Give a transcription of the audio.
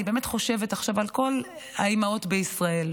אני באמת חושבת עכשיו על כל האימהות בישראל.